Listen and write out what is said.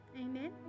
Amen